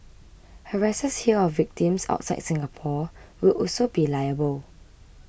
harassers here of victims outside Singapore will also be liable